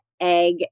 egg